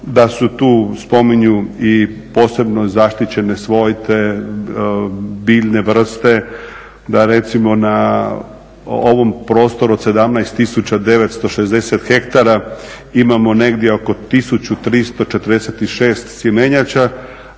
da se tu spominju i posebno zaštićene svojte, biljne vrste. Da recimo na ovom prostoru od 17 tisuća 960 hektara imamo negdje oko 1346 sjemenjača